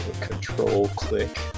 Control-click